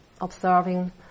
observing